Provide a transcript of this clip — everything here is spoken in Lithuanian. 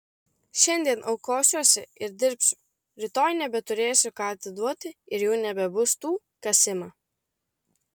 šiandien aukosiuosi ir dirbsiu rytoj nebeturėsiu ką atiduoti ir jau nebebus tų kas ima